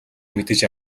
мэдэж